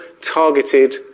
targeted